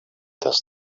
does